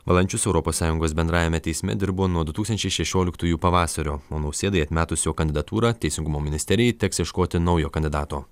valančius europos sąjungos bendrajame teisme dirbo nuo du tūkstančiai šešioliktųjų pavasario o nausėdai atmetus jo kandidatūrą teisingumo ministerijai teks ieškoti naujo kandidato